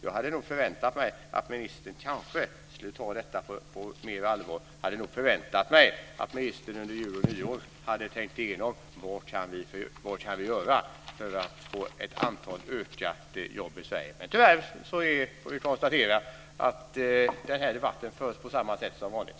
Jag hade nog förväntat mig att ministern skulle ta det på större allvar. Jag hade förväntat mig att ministern under jul och nyår skulle ha tänkt igenom vad man kan göra för att öka antalet jobb i Sverige. Tyvärr får vi konstatera att debatten förs på samma sätt som vanligt.